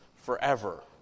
Forever